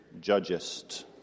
judgest